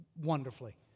wonderfully